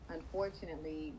Unfortunately